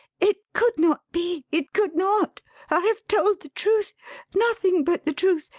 it could not be it could not. i have told the truth nothing but the truth.